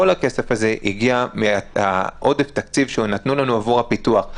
כל הכסף הזה הגיע מעודף תקציב שנתנו לנו עבור הפיתוח.